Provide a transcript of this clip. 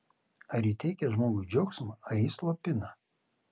ar ji teikia žmogui džiaugsmą ar jį slopina